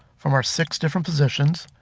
from our six different positions.